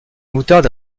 moutarde